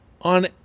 on